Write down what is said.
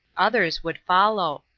others would follow.